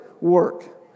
work